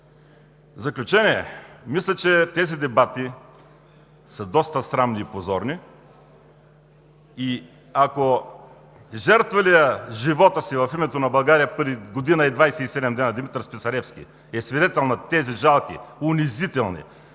заключение мисля, че тези дебати са доста срамни и позорни и, ако жертвалият живота си в името на България преди години Димитър Списаревски е свидетел на тези жалки, унизителни